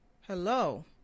Hello